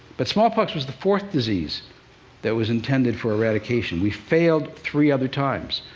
but smallpox was the fourth disease that was intended for eradication. we failed three other times.